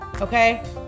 Okay